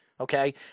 okay